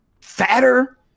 fatter